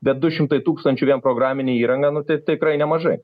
bet du šimtai tūkstančių vien programinė įranga nu tai tikrai nemažai